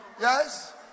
Yes